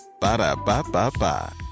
Ba-da-ba-ba-ba